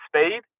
speed